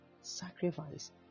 Sacrifice